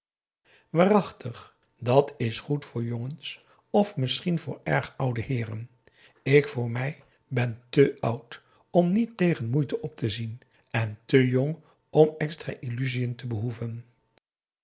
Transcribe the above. waarachtig dat is goed voor jongens of misschien voor erg oude heeren ik voor mij ben te oud om niet tegen moeite op te zien en te jong om extra illusiën te behoeven